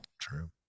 True